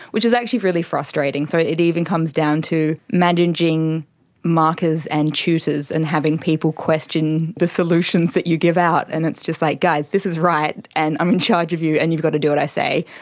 which is actually really frustrating. so it even comes down to managing markers and tutors and having people question the solutions that you give out, and it's just like, guys, this is right and i'm in charge of you and you've got to do what i say.